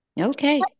Okay